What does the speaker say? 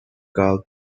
karl